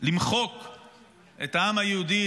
למחוק את העם היהודי,